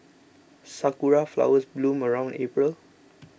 sakura flowers bloom around April